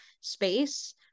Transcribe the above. space